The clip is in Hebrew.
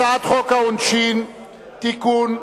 הצעת חוק העונשין (תיקון,